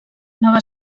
nova